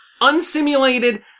unsimulated